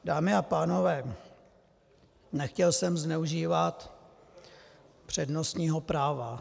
Dámy a pánové, nechtěl jsem zneužívat přednostního práva.